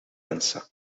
answer